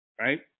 right